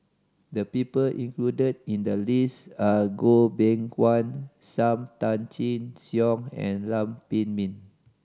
the people included in the list are Goh Beng Kwan Sam Tan Chin Siong and Lam Pin Min